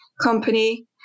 company